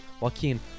Joaquin